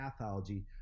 pathology